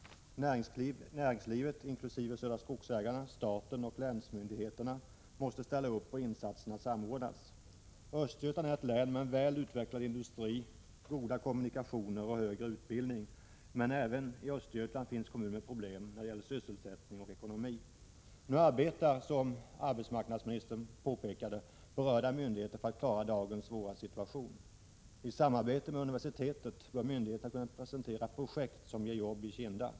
Näringslivet, inkl. Södra Skogsägarna, staten och länsmyndigheterna, måste ställa upp och insatserna måste samordnas. Östergötland är ett län med en väl utvecklad industri, goda kommunikationer och högre utbildning. Men även i Östergötland finns det kommuner med problem när det gäller sysselsättning och ekonomi. Nu arbetar — som arbetsmarknadsministern påpekade — berörda myndigheter för att klara dagens svåra situation. I samarbete med universitetet bör myndigheterna kunna presentera projekt som ger jobb i Kinda.